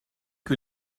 que